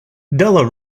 della